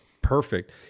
Perfect